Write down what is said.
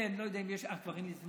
כבר אין לי זמן.